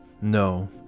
No